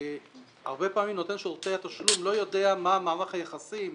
שהרבה פעמים נותן שירותי התשלום לא יודע מה מערך היחסים,